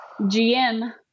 GM